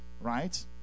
Right